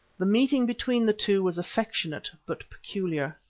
the meeting between the two was affectionate but peculiar.